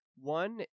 One